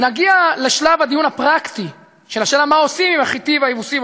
נגיע לשלב הדיון הפרקטי של השאלה מה עושים עם החתי והיבוסי,